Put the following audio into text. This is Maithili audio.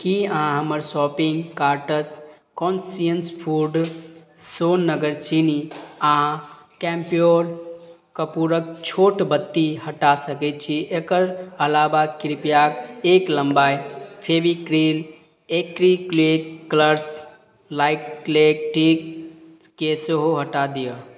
की अहाँ हमर शॉपिंग कार्टस कॉन्ससियंस फूड सोनगर चीनी आ कैंप्योर कपूरक छोट बत्ती हटा सकैत छी एकर अलाबा कृपया एक लम्बाई फेविक्रिल एक्रीक्लिक कलर्स लाइलैक टीकेँ सेहो हटा दिअ